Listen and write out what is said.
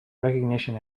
recognition